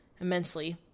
immensely